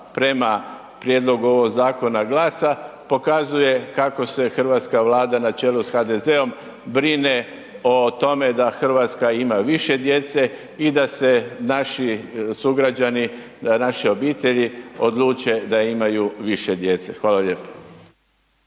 prema prijedlogu ovog zakona GLAS-a pokazuje kako se hrvatska Vlada na čelu s HDZ-om brine o tome da RH ima više djece i da se naši sugrađani, da naše obitelji odluče da imaju više djece. Hvala lijepo.